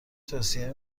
توصیه